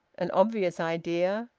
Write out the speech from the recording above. an obvious idea,